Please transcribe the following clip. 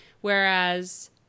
Whereas